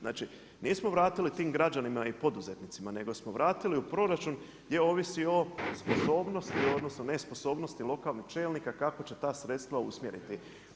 Znači nismo vratili tim građanima i poduzetnicima nego smo vratili u proračun gdje ovisi o sposobnosti, odnosno nesposobnosti lokalnih čelnika kako će ta sredstva usmjeriti.